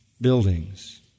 buildings